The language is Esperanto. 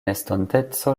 estonteco